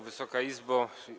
Wysoka Izbo!